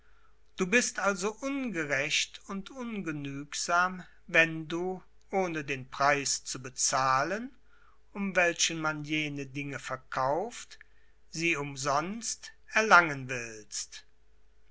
du bist also ungerecht und ungenügsam wenn du ohne den preis zu bezahlen um welchen man jene dinge verkauft sie umsonst erlangen willst